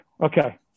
Okay